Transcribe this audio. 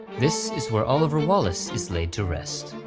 this is where oliver wallace is laid to rest.